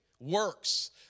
works